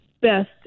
best